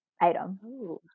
item